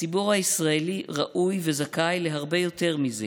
הציבור הישראלי ראוי וזכאי להרבה יותר מזה.